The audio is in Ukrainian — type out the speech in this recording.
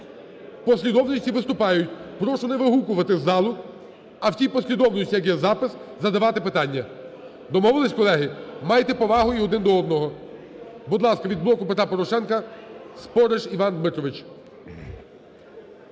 послідовності виступають. Прошу не вигукувати з залу, а в тій послідовності, як є запис, задавати питання. Домовились, колеги? Майте повагу і один до одного. Будь ласка, від "Блоку Петра Порошенка" Спориш Іван Дмитрович.